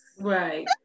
Right